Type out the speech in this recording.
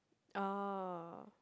oh